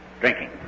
drinking